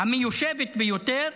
המיושבת ביותר,